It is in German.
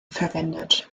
verwendet